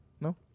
No